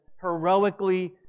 heroically